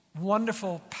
wonderful